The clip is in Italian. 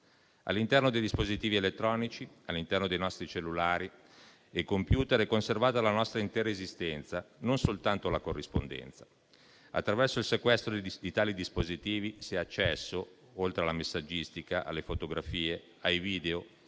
All'interno dei dispositivi elettronici, dei nostri cellulari e *computer* è conservata la nostra intera esistenza, non soltanto la corrispondenza. Attraverso il sequestro di tali dispositivi, si ha accesso, oltre alla messaggistica, alle fotografie, ai video,